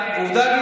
עובדה.